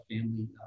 family